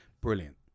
brilliant